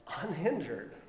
unhindered